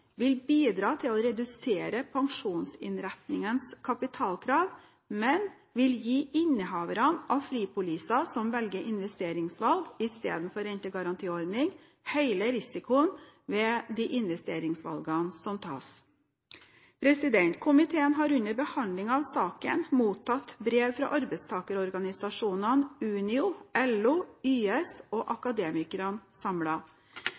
vil bidra til å redusere pensjonsinnretningens kapitalkrav, men vil gi innehaverne av fripoliser som velger investeringsvalg istedenfor rentegarantiordning, hele risikoen ved de investeringsvalgene som tas. Komiteen har under behandling av saken mottatt brev fra arbeidstakerorganisasjonene Unio, LO, YS og